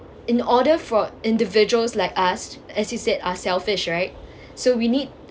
in order for individuals like us as he said are selfish right so we need